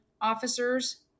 officers